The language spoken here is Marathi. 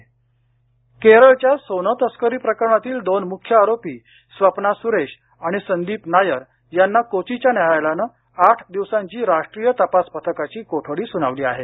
कोठडी केरळच्या सोनं तस्करी प्रकरणातील दोन मुख्य आरोपी स्वप्ना सुरेश आणि संदीप नायर यांना कोचीच्या न्यायालयानं आठ दिवसांची राष्ट्रीय तपास पथकाची कोठडी सुनावली आहे